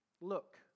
look